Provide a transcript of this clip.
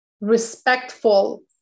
respectful